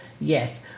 Yes